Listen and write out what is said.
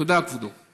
תודה, כבודו.